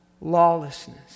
lawlessness